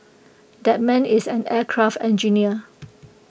that man is an aircraft engineer